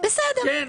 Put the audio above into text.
בסדר.